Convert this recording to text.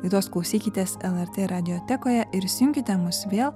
jos klausykitės lrt radijo teko ją ir įsijunkite mus vėl